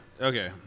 Okay